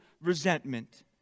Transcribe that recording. resentment